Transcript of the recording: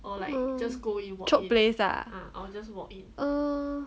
chop place ah uh